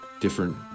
different